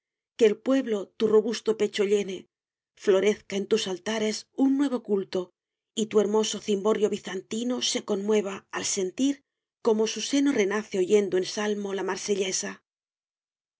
que el pueblo tu robusto pecho llene florezca en tus altares un nuevo culto y tu hermoso cimborrio bizantino se conmueva al sentir como su seno renace oyendo en salmo la marsellesa